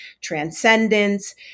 transcendence